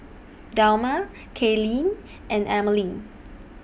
Delmar Kaylyn and Emelie